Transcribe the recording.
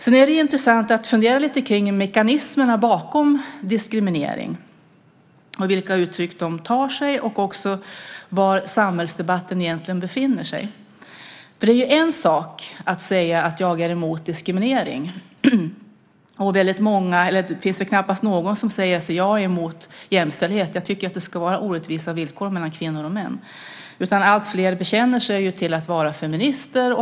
Det är intressant att fundera lite kring mekanismerna bakom diskriminering och vilka uttryck de tar sig och var samhällsdebatten egentligen befinner sig. Det är en sak att säga att man är emot diskriminering. Det finns väl knappast någon som säger: Jag är emot jämställdhet. Jag tycker att det ska vara orättvisa villkor mellan kvinnor och män. Alltfler bekänner sig till att vara feminister.